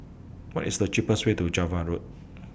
What IS The cheapest Way to Java Road